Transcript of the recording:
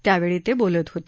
त्यावेळी ते बोलत होते